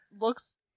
looks